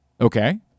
Okay